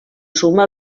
suma